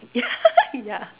ya ya